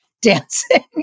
dancing